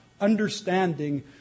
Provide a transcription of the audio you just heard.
understanding